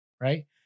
right